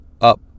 up